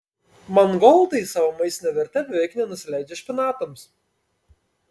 mangoldai savo maistine verte beveik nenusileidžia špinatams